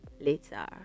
later